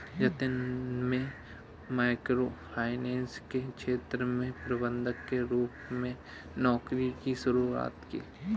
जतिन में micro finance के क्षेत्र में प्रबंधक के रूप में नौकरी की शुरुआत की